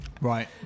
Right